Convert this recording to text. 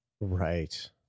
Right